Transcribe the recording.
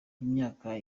imyaka